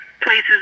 places